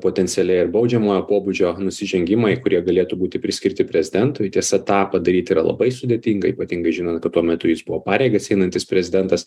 potencialiai ir baudžiamojo pobūdžio nusižengimai kurie galėtų būti priskirti prezidentui tiesa tą padaryt yra labai sudėtinga ypatingai žinant kad tuo metu jis buvo pareigas einantis prezidentas